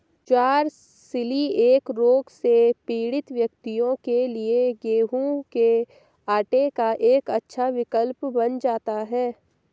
ज्वार coeliac रोग से पीड़ित व्यक्तियों के लिए गेहूं के आटे का एक अच्छा विकल्प बन जाता है